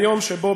ליום שבו,